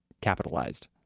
capitalized